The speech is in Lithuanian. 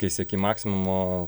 kai sieki maksimumo